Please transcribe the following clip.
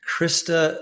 Krista